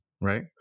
right